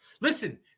Listen